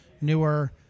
newer